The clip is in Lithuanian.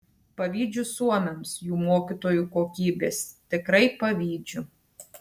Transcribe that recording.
pavydžiu suomiams jų mokytojų kokybės tikrai pavydžiu